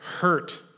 hurt